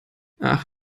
ach